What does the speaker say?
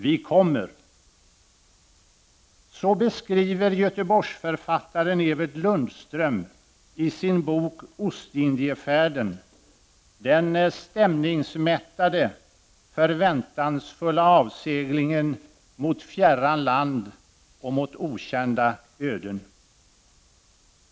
Vi kommer!” Så beskriver Göteborgsförfattaren Evert Lundström i sin bok ”Ostindiefärden” den stämningsmättade, förväntansfulla avseglingen mot fjärran land och mot okända öden.